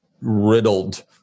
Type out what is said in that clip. riddled